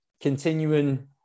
continuing